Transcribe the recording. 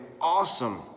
awesome